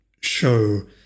show